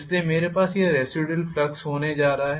इसलिए मेरे पास यह रेसिडुयल फ्लक्स होने जा रहा है